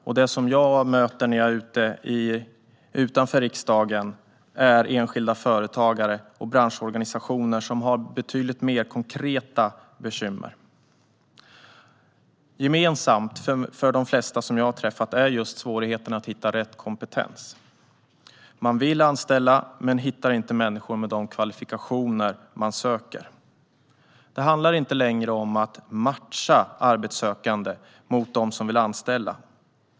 När jag är utanför riksdagen möter jag enskilda företagare och branschorganisationer som har betydligt mer konkreta bekymmer. Gemensamt för de flesta som jag har träffat är svårigheten att hitta rätt kompetens. Man vill anställa men hittar inte människor med de kvalifikationer man söker. Det handlar inte längre om att matcha arbetssökande mot dem som vill anställa.